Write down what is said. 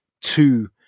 two